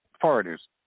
foreigners